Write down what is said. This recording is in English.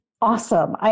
awesome